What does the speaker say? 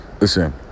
Listen